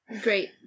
Great